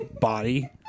body